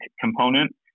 component